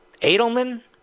Edelman